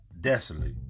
desolate